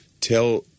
tell